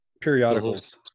Periodicals